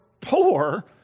poor